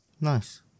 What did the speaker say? Nice